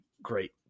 Great